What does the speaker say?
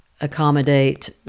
accommodate